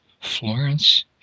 Florence